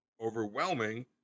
overwhelming